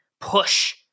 push